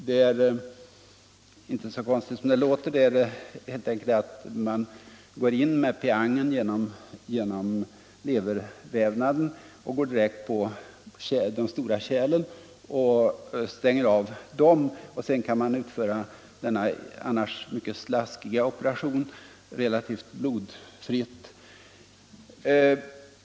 Det är inte så konstigt som det låter; man går helt enkelt in med peangen genom levervävnaden och går snabbt och direkt på de stora kärlen och stänger av dem, och sedan kan man utföra denna annars mycket slaskiga operation relativt blodfritt.